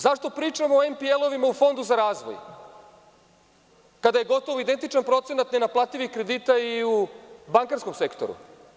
Zašto pričamo o NPL-ovima u Fondu za razvoj, kada je gotovo identičan procenat nenaplativih kredita i u bankarskom sektoru?